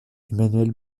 emmanuelle